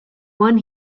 one